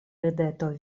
rideto